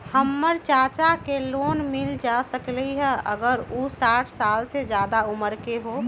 हमर चाचा के लोन मिल जा सकलई ह अगर उ साठ साल से जादे उमर के हों?